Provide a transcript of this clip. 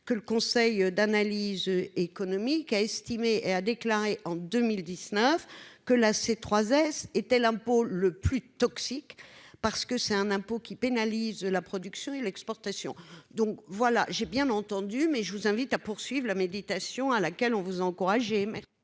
que le Conseil d'analyse économique, a estimé, a déclaré en 2019 que là c'est 3 S était l'impôt le plus toxique parce que c'est un impôt qui pénalise la production et l'exportation, donc voilà, j'ai bien entendu mais je vous invite à poursuivre la méditation à laquelle on vous encourager,